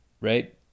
right